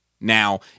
Now